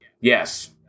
yes